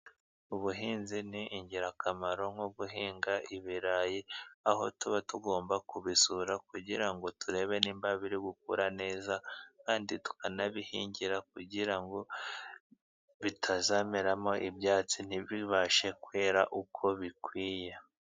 Ubuhinzi ni ingirakamaro, nko guhinga ibirayi; aho tuba tugomba kubisura, kugira ngo turebe niba biri gukura neza, kandi tukanabihingira kugira ngo bitazameramo ibyatsi, ntibibashe kwera uko bikwiye.